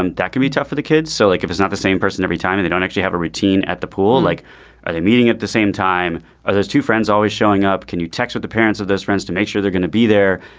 and that can be tough for the kids. so like if it's not the same person every time they don't actually have a routine at the pool like a meeting at the same time ah those two friends always showing up can you text with the parents of those friends to make sure they're going to be there.